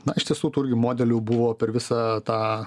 na iš tiesų tų irgi modelių buvo per visą tą